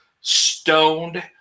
stoned